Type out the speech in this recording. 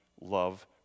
love